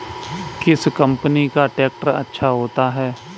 किस कंपनी का ट्रैक्टर अच्छा होता है?